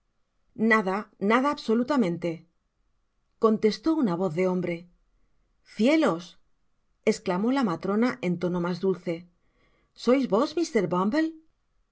nada nada absolutamente contestó una voz de hombre cielos esclamó la matrona con tono mas dulce sois